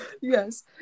yes